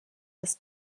des